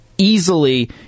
easily